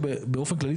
שבאופן כללי,